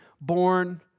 born